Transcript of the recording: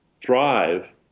thrive